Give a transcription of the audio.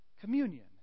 Communion